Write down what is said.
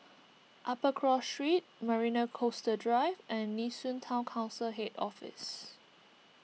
Upper Cross Street Marina Coastal Drive and Nee Soon Town Council Head Office